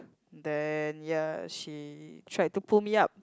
then ya she tried to pull me up